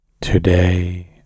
Today